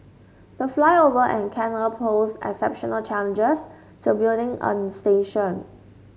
the flyover and canal posed exceptional challenges to building a station